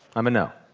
i'm a no.